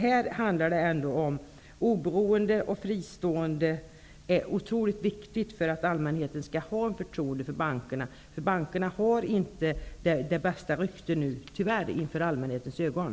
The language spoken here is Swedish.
Här handlar det om oberoende och om att vara fristående. Det är otroligt viktigt för att allmänheten skall kunna ha förtroende för bankerna. Tyvärr har bankerna inte bästa rykte nu hos allmänheten.